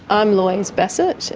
i'm louise bassett,